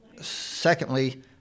Secondly